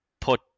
put